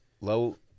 Low